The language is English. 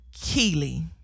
Keely